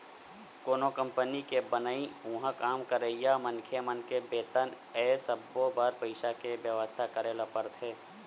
कोनो कंपनी के बनई, उहाँ काम करइया मनखे मन के बेतन ए सब्बो बर पइसा के बेवस्था करे ल परथे